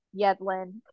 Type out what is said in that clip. Yedlin